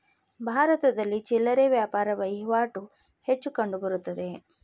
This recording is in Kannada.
ಭಾರತದಲ್ಲಿ ಚಿಲ್ಲರೆ ವ್ಯಾಪಾರ ವಹಿವಾಟು ಹೆಚ್ಚು ಕಂಡುಬರುತ್ತದೆ